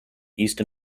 east